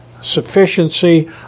sufficiency